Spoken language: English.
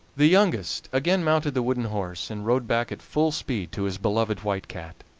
the youngest again mounted the wooden horse, and rode back at full speed to his beloved white cat.